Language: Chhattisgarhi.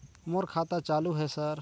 मोर खाता चालु हे सर?